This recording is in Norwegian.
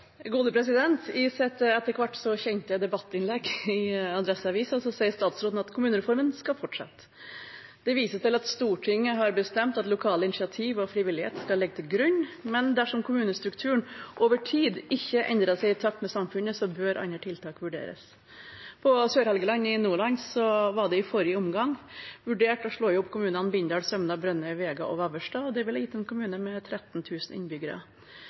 at Stortinget har bestemt at lokale initiativ og frivillighet skal ligge til grunn, men dersom kommunestrukturen over tid ikke endrer seg i takt med samfunnet, bør andre tiltak vurderes. På Sør-Helgeland i Nordland var det i forrige omgang vurdert å slå sammen kommunene Bindal, Sømna, Brønnøy, Vega og Vevelstad. Dette vil gi en kommune med 13 000 innbyggere.